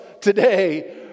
today